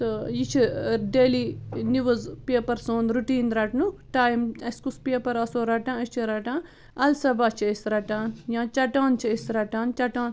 تہٕ یہِ چھِ ڈٮ۪لی نِوٕز پیپر سون رُٹیٖن رَٹنُک ٹایم اَسہِ کُس پیپر آسو رَٹان أسۍ چھِ رَٹان الصبا چھِ أسۍ رَٹان یا چَٹان چھِ أسۍ رَٹان چَٹان